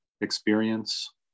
Experience